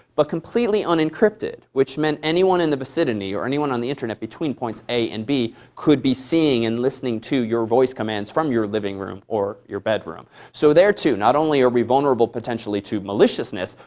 but completely unencrypted, which meant anyone in the vicinity or anyone on the internet between points a and b could be seeing and listening to your voice commands from your living room or your bedroom. so there too, not only are we vulnerable potentially to maliciousness,